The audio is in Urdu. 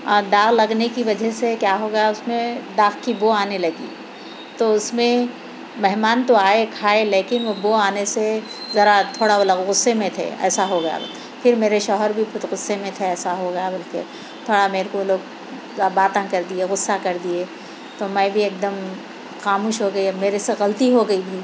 اور داغ لگنے کی وجہ سے کیا ہو گیا اُس میں داغ کی بو آنے لگی تو اُس میں مہمان تو آئے کھائے لیکن بو آنے سے ذرا تھوڑا وہ لوگ غصّے میں تھے ایسا ہو گیا پھر میرے شوہر بھی خود غصّے میں تھے ایسا ہو گیا بلکہ تھوڑا میرے کو وہ لوگ تنگ کر دیئے غصّہ کر دیئے تو میں بھی ایک دم خاموش ہو گئی میرے سے غلطی ہو گئی تھی